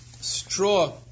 straw